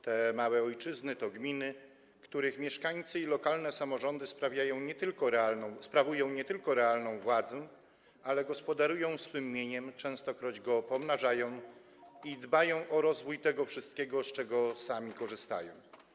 Te małe ojczyzny to gminy, których mieszkańcy i lokalne samorządy sprawują nie tylko realną władzę, ale gospodarują swym mieniem, częstokroć je pomnażają i dbają o rozwój tego wszystkiego, z czego sami korzystają.